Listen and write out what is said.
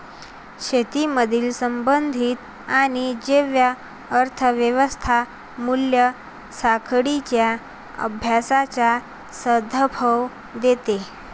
शेतीमधील संबंधित आणि जैव अर्थ व्यवस्था मूल्य साखळींच्या अभ्यासाचा संदर्भ देते